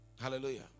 Hallelujah